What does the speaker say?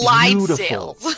beautiful